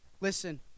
Listen